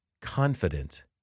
confident